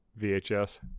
VHS